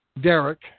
Derek